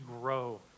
grow